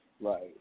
Right